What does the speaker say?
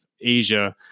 Asia